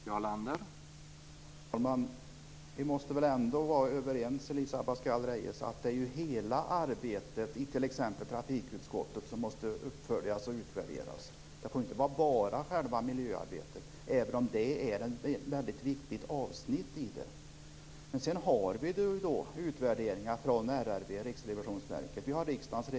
Herr talman! Vi måste väl ändå vara överens, Elisa Abascal Reyes, om att hela arbetet i t.ex. trafikutskottet måste uppföljas och utvärderas. Det får inte bara gälla miljöarbetet, även om det är ett väldigt viktigt avsnitt. Vi får utvärderingar från Riksrevisionsverket.